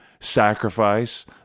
sacrifice